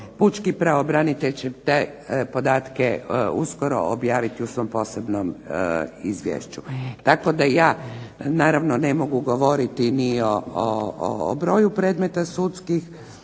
pučki pravobranitelj će te podatke uskoro objaviti u svom posebnom izvješću. Tako da ja naravno ne mogu govoriti ni o broju predmeta sudskih,